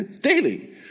daily